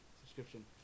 subscription